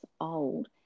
old